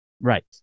Right